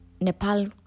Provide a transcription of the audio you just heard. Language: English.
Nepal